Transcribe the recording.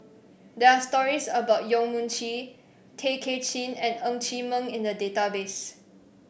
there are stories about Yong Mun Chee Tay Kay Chin and Ng Chee Meng in the database